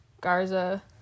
Garza